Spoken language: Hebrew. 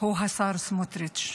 הוא השר סמוטריץ'.